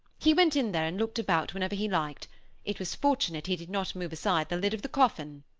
he went in there and looked about wherever he liked it was fortunate he did not move aside the lid of the coffin.